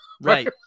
Right